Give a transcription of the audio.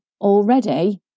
already